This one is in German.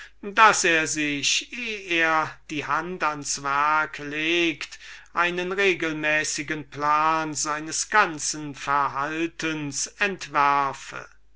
daß er sich eh er die hand ans werk legt einen regelmäßigen plan seines ganzen verhaltens entwerfe